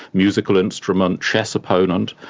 musical instrument, chess opponent.